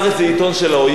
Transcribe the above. זה כבר משהו אחר לחלוטין.